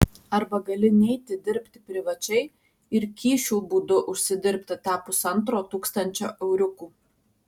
arba gali neiti dirbti privačiai ir kyšių būdu užsidirbti tą pusantro tūkstančio euriukų